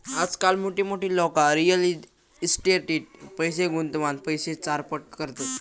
आजकाल मोठमोठी लोका रियल इस्टेटीट पैशे गुंतवान पैशे चारपट करतत